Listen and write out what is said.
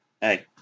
hey